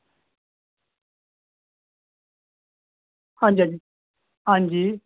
हां जी हां जी हां जी